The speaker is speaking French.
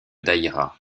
daïra